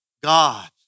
God